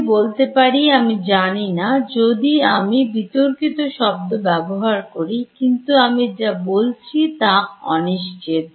আমি বলতে পারি আমি জানিনা যদি আমি বিতর্কিত শব্দ ব্যবহার করি কিন্তু আমি যা বলছি তা অনিশ্চিত